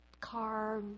car